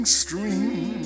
string